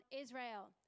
Israel